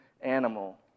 animal